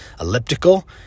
elliptical